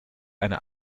eine